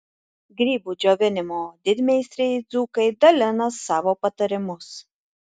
grybų džiovinimo didmeistriai dzūkai dalina savo patarimus